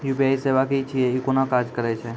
UPI सेवा की छियै? ई कूना काज करै छै?